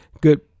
Good